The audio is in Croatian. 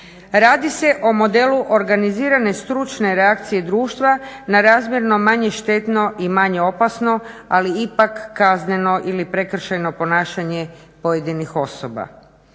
Radi se o modelu organizirane stručne reakcije društva na razmjernom manje štetno i manje opasno ali ipak kazneno ili prekršajno ponašanje pojedinih osoba.